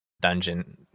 dungeon